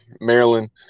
Maryland